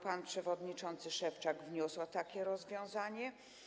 Pan przewodniczący Szewczak wniósł o takie rozwiązanie.